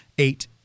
Eight